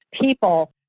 people